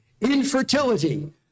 Infertility